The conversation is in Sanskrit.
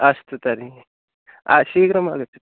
अस्तु तर्हि आ शीघ्रमागच्छतु